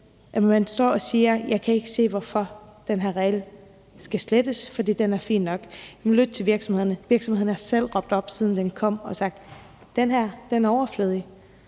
Man står og siger, at man ikke kan se, hvorfor den her regel skal slettes, for den er fin nok. Lyt til virksomhederne. Virksomhederne har selv råbt op, siden den kom, og sagt, at den her er overflødig.